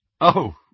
Oh